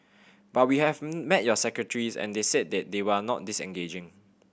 but we have met your secretaries and they said that they are not disengaging